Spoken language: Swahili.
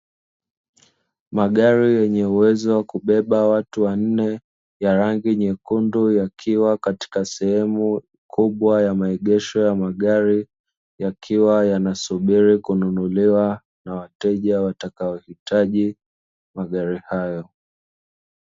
Magari yenye uwezo wa kubeba watu wanne ya rangi nyekundu yakiwa katika sehemu kubwa ya maegesho ya magari, yakiwa yanasubiri kununuliwa na wateja watakaohitaji magari hayo.